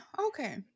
Okay